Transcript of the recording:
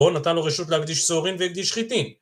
בו נתן לו רשות להקדיש צהרין והקדיש חיתין